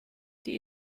die